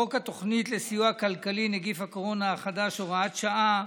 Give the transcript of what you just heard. חוק התוכנית לסיוע כלכלי (נגיף הקורונה החדש) (הוראת שעה),